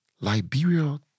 Liberia